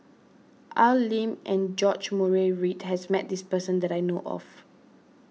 Al Lim and George Murray Reith has met this person that I know of